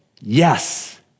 yes